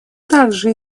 также